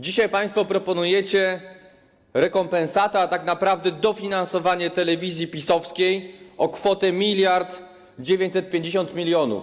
Dzisiaj państwo proponujecie rekompensatę, a tak naprawdę dofinansowanie telewizji PiS-owskiej na kwotę 1950 mln.